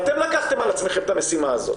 ואתם לקחתם על עצמכם את המשימה הזאת.